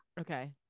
okay